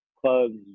clubs